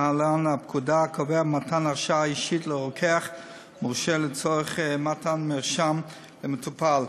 הקובע מתן הרשאה אישית לרוקח מורשה לצורך מתן מרשם למטופל.